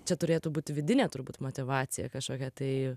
čia turėtų būti vidinė turbūt motyvacija kažkokia tai